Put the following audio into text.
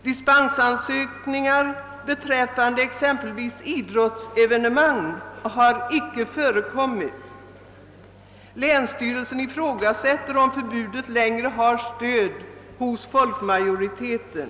Dispensansökningar beträffande exempelvis idrottsevenemang har inte förekommit. Länsstyrelsen ifrågasätter, om förbudet längre har stöd hos folkmajoriteten.